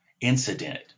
incident